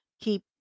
keep